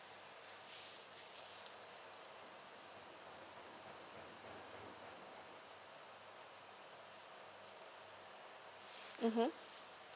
mmhmm